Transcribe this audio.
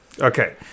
Okay